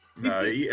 No